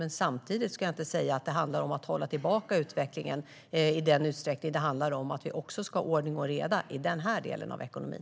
Det handlar inte om att hålla tillbaka utvecklingen. Det handlar om att vi ska ha ordning och reda i den delen av ekonomin.